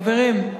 חברים,